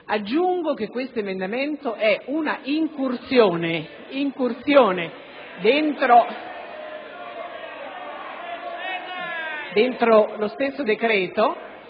Aggiungo che questo emendamento è un'incursione dentro lo stesso decreto